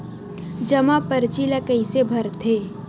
जमा परची ल कइसे भरथे?